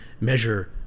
measure